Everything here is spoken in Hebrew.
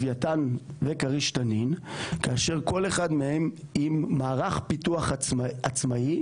לווייתן וכריש-תנין כאשר כל אחד מהם עם מערך פיתוח עצמאי,